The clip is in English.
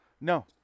no